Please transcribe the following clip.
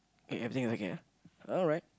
okay everything is okay ah alright